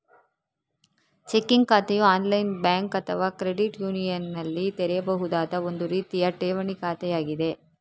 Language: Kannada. ಚೆಕ್ಕಿಂಗ್ ಖಾತೆಯು ಆನ್ಲೈನ್ ಬ್ಯಾಂಕ್ ಅಥವಾ ಕ್ರೆಡಿಟ್ ಯೂನಿಯನಿನಲ್ಲಿ ತೆರೆಯಬಹುದಾದ ಒಂದು ರೀತಿಯ ಠೇವಣಿ ಖಾತೆಯಾಗಿದೆ